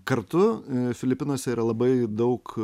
kartu filipinuose yra labai daug